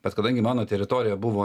bet kadangi mano teritorija buvo